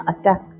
attack